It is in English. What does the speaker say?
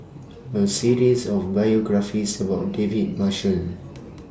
A series of biographies about David Marshall